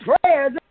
prayers